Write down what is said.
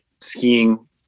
skiing